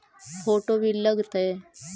Photo भी लग तै?